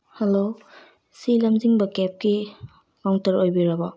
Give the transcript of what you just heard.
hello ꯁꯤ ꯂꯝꯖꯤꯡꯕ ꯀꯦꯕꯀꯤ ꯀꯥꯎꯟꯇꯔ ꯑꯣꯏꯕꯤꯔꯕꯣ